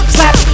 Slap